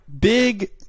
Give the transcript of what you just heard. big